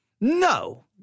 no